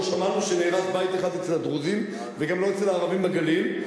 לא שמענו שנהרס בית אחד אצל הדרוזים וגם לא אצל הערבים בגליל.